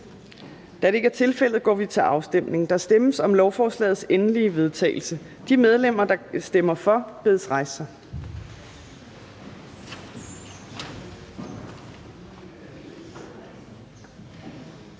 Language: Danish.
Fjerde næstformand (Trine Torp): Der stemmes om lovforslagets endelige vedtagelse. De medlemmer, der stemmer for, bedes rejse sig.